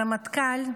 הרמטכ"ל,